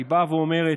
היא באה ואומרת,